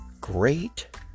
Great